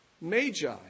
magi